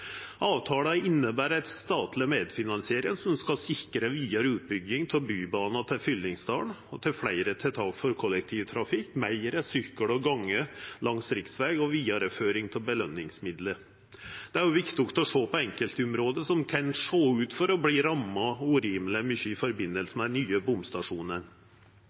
Avtala inneber ei statleg medfinansiering som skal sikra vidare utbygging av Bybanen til Fyllingsdalen og fleire tiltak for kollektivtrafikk, meir sykkel og gonge langs riksveg og vidareføring av belønningsmidlar. Det er òg viktig å sjå på enkeltområde som kan sjå ut til å verta ramma urimeleg mykje i forbindelse med den nye